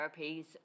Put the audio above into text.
therapies